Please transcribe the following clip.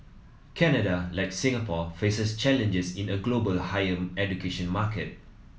Canada like Singapore faces challenges in a global higher education market